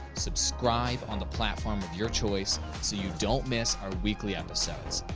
subscribe on the platform of your choice so you don't miss our weekly episodes.